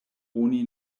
oni